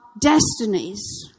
destinies